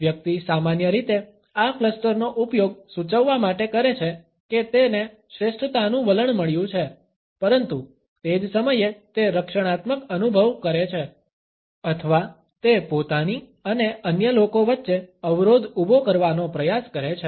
વ્યક્તિ સામાન્ય રીતે આ ક્લસ્ટરનો ઉપયોગ સૂચવવા માટે કરે છે કે તેને શ્રેષ્ઠતાનું વલણ મળ્યું છે પરંતુ તે જ સમયે તે રક્ષણાત્મક અનુભવ કરે છે અથવા તે પોતાની અને અન્ય લોકો વચ્ચે અવરોધ ઊભો કરવાનો પ્રયાસ કરે છે